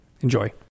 Enjoy